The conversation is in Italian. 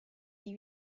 dei